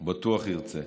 הוא בטוח ירצה.